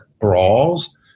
brawls